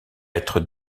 être